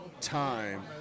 time